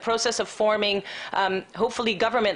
ועדה בין-משרדית שהוקמה במשרד